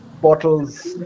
bottles